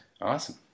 Awesome